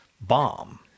bomb